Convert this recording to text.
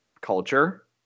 culture